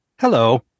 Hello